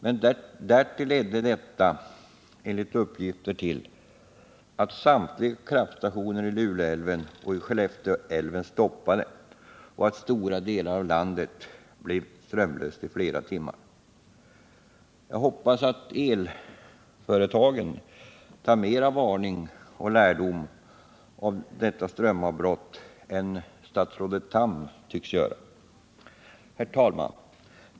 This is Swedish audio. Därtill ledde detta, enligt uppgifter, till att samtliga kraftstationer i Luleälven och Skellefteälven stannade och att stora delar av landet blev strömlöst i flera timmar. Jag hoppas att elföretagen tar mer varning och lärdom av detta strömavbrott än statsrådet Tham tycks göra. Herr talman!